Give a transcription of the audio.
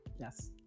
Yes